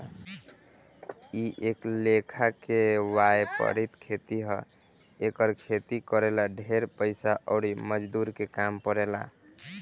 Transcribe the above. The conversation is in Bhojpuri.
इ एक लेखा के वायपरिक खेती ह एकर खेती करे ला ढेरे पइसा अउर मजदूर के काम पड़ेला